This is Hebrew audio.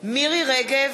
מירי רגב,